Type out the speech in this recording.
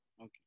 Okay